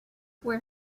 where